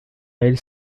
elle